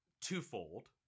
twofold